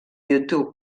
youtube